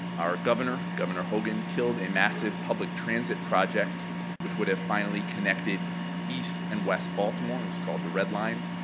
our governor, governor hogan, killed a massive public transit project which would have finally connected east and west baltimore, it was called the red line.